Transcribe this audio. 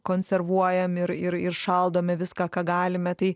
konservuojam ir ir ir šaldome viską ką galime tai